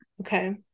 Okay